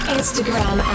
Instagram